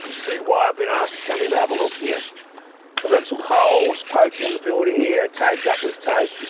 can see why i've been asked to come in to have a look here. i've got some holes poked in the building here taped up with tape,